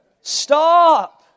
stop